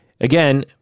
Again